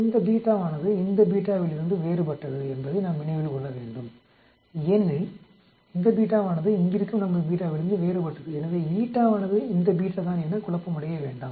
இந்த β வானது இந்த β விலிருந்து வேறுபட்டது என்பதை நாம் நினைவில் கொள்ள வேண்டும் ஏனெனில் இந்த β வானது இங்கிருக்கும் நமது βவிலிருந்து வேறுபட்டது எனவே வானது இந்த β தான் என குழப்பமடைய வேண்டாம்